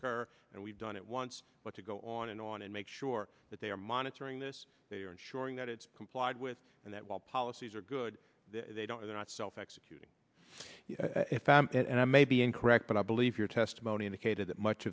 concur and we've done it once but to go on and on and make sure that they are monitoring this they are ensuring that it's complied with and that while policies are good they don't they're not self executing and i may be incorrect but i believe your testimony indicated that much